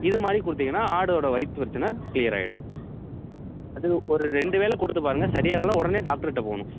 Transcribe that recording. இது மாதிரி கொடுத்தீங்கன்னா ஆடோட வயிற்று பிரச்சனை க்ளியர் ஆகிடும் அது ஒரு ரெண்டு வேலை கொடுத்துப் பாருங்கள் சரி ஆகலன்னா உடனே டாக்டருட்ட போகணும்